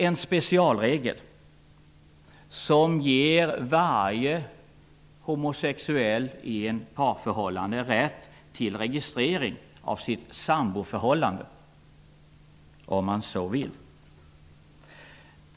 En specialregel skulle kunna ge varje homosexuell i ett parförhållande rätt till registrering av sitt samboförhållande, om denne så vill.